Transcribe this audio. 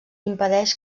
impedeix